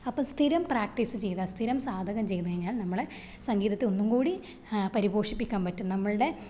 അപ്പം സ്ഥിരം പ്രാക്റ്റീസ് ചെയ്താല് സ്ഥിരം സാധകം ചെയ്ത് കഴിഞ്ഞാല് നമ്മളെ സംഗീതത്തെ ഒന്നുംകൂടി പരിപോശിപ്പിക്കാന് പറ്റും നമ്മളുടെ